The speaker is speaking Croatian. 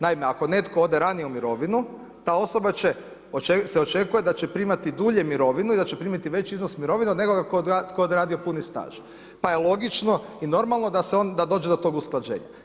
Naime, ako netko ode ranije u mirovinu ta osoba se očekuje da će primati dulje mirovinu i da će primiti veći iznos mirovine od nekoga tko je odradio puni staž pa je logično i normalno da dođe do tog usklađenja.